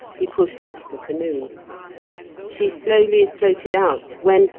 he pushed off the canoe she slowly floated out, when,